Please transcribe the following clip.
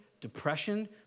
depression